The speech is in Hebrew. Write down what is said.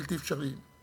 בלתי אפשרי.